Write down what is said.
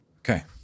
okay